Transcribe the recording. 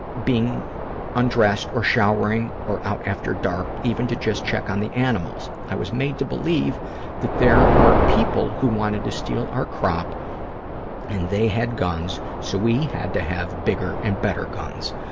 being undressed or showering or out after dark, even to just check on the animals. i was made to believe that there were people who wanted to steal our crop and they had guns, so we had to have bigger and better guns.